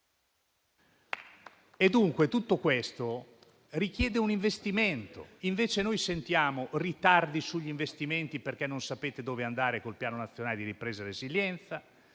Tutto questo richiede un investimento e invece vediamo ritardi sugli investimenti, perché non sapete dove andare con il Piano nazionale di ripresa e resilienza